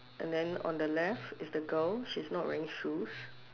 and then on the left is the girl she's not wearing shoes